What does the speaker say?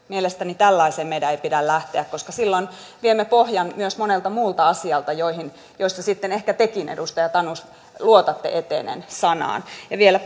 mielestäni tällaiseen meidän ei pidä lähteä koska silloin viemme pohjan myös monelta muulta asialta joissa sitten ehkä tekin edustaja tanus luotatte etenen sanaan ja vielä